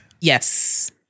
Yes